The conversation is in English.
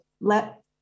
let